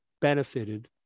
benefited